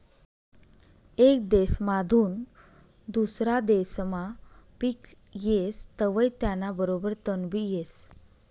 येक देसमाधून दुसरा देसमा पिक येस तवंय त्याना बरोबर तणबी येस